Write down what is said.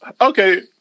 Okay